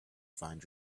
find